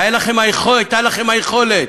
הייתה לכם היכולת.